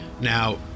Now